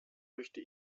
möchte